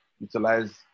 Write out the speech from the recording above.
Utilize